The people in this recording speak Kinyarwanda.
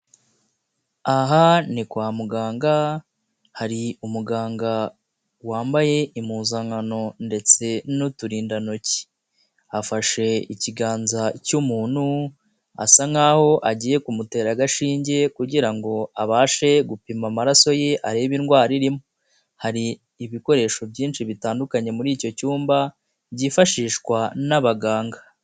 Aha ni kwa muganga hari umuganga wambaye impuzankano ndetse n'uturindantoki afashe ikiganza cy'umuntu asa nk'aho agiye kumutera agashinge kugira ngo abashe gupima amaraso ye areba indwara irimo, hari ibikoresho byinshi bitandukanye muri icyo cyumba byifashishwa n'abaganga.